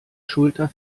schulter